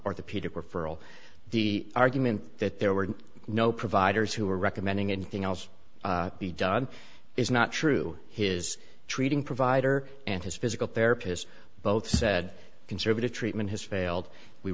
orthopedic referral the argument that there were no providers who were recommending anything else be done is not true his treating provider and his physical therapist both said conservative treatment has failed we